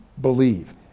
believe